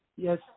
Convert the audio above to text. Yes